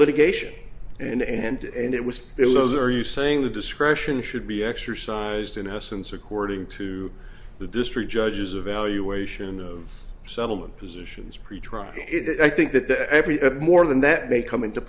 litigation and and it was it was are you saying the discretion should be exercised in essence according to the district judges a valuation of settlement positions pretrial i think that the every at more than that may come into